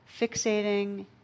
fixating